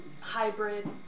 hybrid